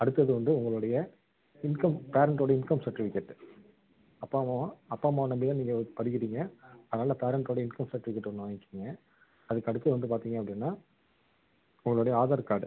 அடுத்தது வந்து உங்களுடைய இன்கம் பேரண்ட்டோடய இன்கம் சர்ட்டிஃபிக்கேட்டு அப்பா அம்மா அப்பா அம்மாவை நம்பி தான் நீங்கள் படிக்கிறீங்க அதனால் பேரண்ட்டோடய இன்கம் சர்ட்டிஃபிக்கேட்டு ஒன்று வாங்கிக்கோங்க அதுக்கடுத்தது வந்து பார்த்திங்க அப்படின்னா உங்களுடைய ஆதார் கார்டு